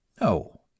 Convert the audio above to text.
No